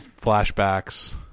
flashbacks